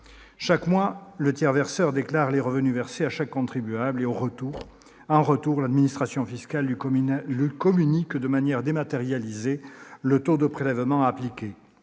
les mois, le tiers verseur déclare les revenus versés à chaque contribuable ; en retour, l'administration fiscale lui communique de manière dématérialisée le taux de prélèvement à appliquer.